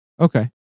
Okay